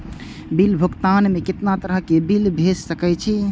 Bill भुगतान में कितना तरह के बिल भेज सके छी?